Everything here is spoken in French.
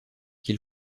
qu’il